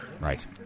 Right